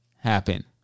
happen